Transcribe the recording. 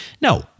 No